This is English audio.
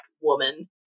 woman